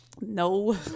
No